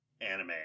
anime